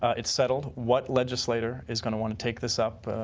it's settled. what legislator is going to want to take this up.